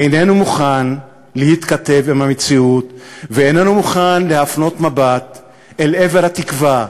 איננו מוכן להתכתב עם המציאות ואיננו מוכן להפנות מבט אל עבר התקווה,